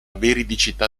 veridicità